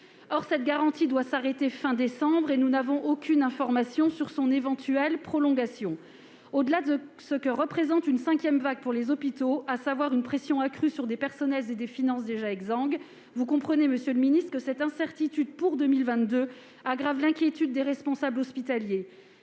Or cette garantie expire à la fin du mois de décembre et nous n'avons aucune information sur son éventuelle prolongation. Au-delà de ce que représente une cinquième vague pour les hôpitaux, à savoir une pression accrue sur des personnels et des finances déjà exsangues, vous comprenez, monsieur le ministre, que cette incertitude pour l'année à venir accroît l'inquiétude des responsables hospitaliers.